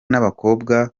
n’abakobwa